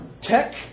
tech